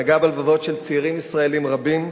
נגע בלבבות של צעירים ישראלים רבים.